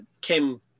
came